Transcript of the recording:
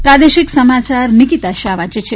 પ્રાદેશિક સમાયાર નિકિતા શાહ વાંચે છે